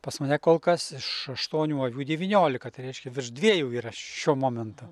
pas mane kol kas iš aštuonių avių devyniolika tai reiškia virš dviejų yra šiuo momentu